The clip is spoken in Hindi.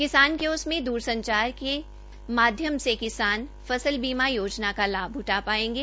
किसान क्योस में दूर संचार के माध्यम से किसान फसल बीमा योजना का लाभ उठा पायेंगे